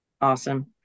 awesome